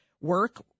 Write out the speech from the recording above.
work